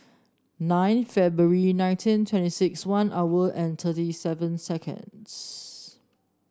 nine February nineteen twenty six one hour and thirty seven seconds